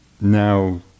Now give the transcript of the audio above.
now